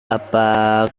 apa